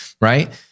right